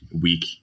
week